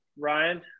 ryan